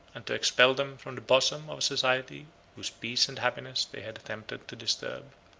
and to expel them from the bosom of a society whose peace and happiness they had attempted to disturb.